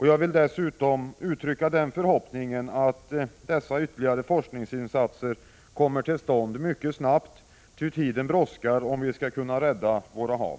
Jag vill dessutom uttrycka den förhoppningen att dessa ytterligare forskningsinsatser kommer till stånd mycket snabbt, ty det brådskar om vi skall kunna rädda våra hav.